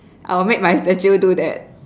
I will make my statue do that